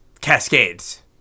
cascades